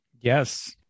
Yes